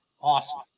awesome